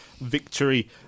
victory